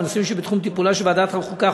בנושאים שבתחום טיפולה של ועדת החוקה,